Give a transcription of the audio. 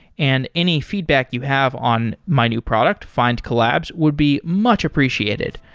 and any feedback you have on my new product, findcollabs, would be much appreciated.